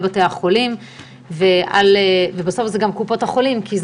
חולים לקופות חולים לשנים 2021 עד 2025,